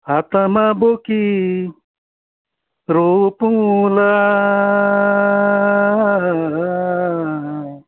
हातमा बोकी रोपौँला